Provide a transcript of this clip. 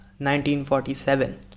1947